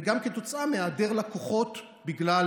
וגם כתוצאה מהיעדר לקוחות בגלל